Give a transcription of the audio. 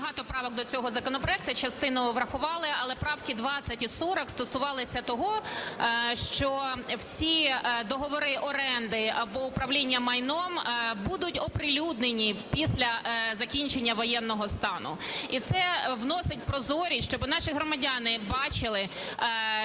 багато правок до цього законопроекту, частину врахували. Але правки 20 і 40 стосувалися того, що всі договори оренди або управління майном будуть оприлюднені після закінчення воєнного стану. І це вносить прозорість, щоб наші громадяни бачили,